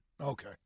Okay